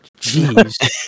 Jeez